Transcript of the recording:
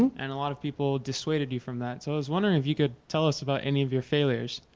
and a lot of people dissuaded you from that. so i was wondering if you could tell us about any of your failures.